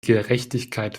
gerechtigkeit